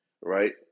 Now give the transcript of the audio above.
right